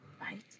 right